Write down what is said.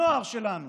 הנוער שלנו,